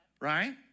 Right